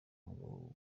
umugabo